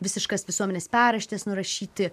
visiškas visuomenės paraštes nurašyti